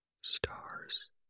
Stars